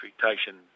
expectation